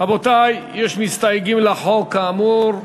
רבותי, יש מסתייגים לחוק, כאמור.